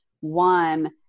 one